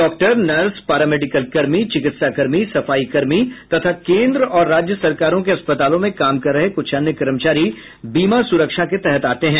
doctor nurse paramedical कर्मी चिकित्सा कर्मी सफाई कर्मी तथा केन्द्र और राज्य सरकारों के अस्पतालों में काम कर रहे कुछ अन्य कर्मचारी बीमा सुरक्षा के तहत आते हैं